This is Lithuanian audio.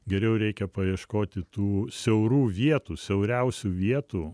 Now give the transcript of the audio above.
geriau reikia paieškoti tų siaurų vietų siauriausių vietų